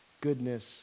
goodness